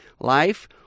life